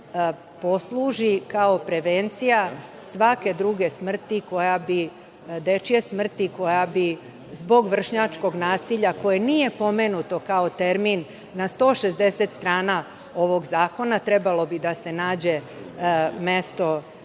posluži kao prevencija svake druge smrti, dečije smrti koja bi zbog vršnjačkog nasilja, koje nije pomenuto kao termin na 160 strana ovog zakona, trebalo bi da se nađe mesto